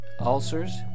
ulcers